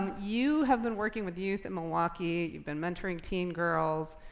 you have been working with youth in milwaukee. you've been mentoring teen girls.